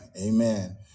Amen